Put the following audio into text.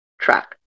track